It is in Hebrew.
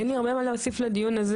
אין לי הרבה מה להוסיף לדיון הזה.